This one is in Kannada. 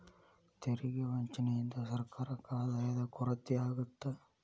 ತೆರಿಗೆ ವಂಚನೆಯಿಂದ ಸರ್ಕಾರಕ್ಕ ಆದಾಯದ ಕೊರತೆ ಆಗತ್ತ